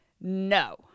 No